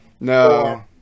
No